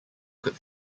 could